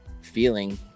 feeling